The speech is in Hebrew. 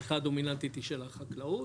הצריכה הדומיננטית היא של החקלאות